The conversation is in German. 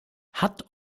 hat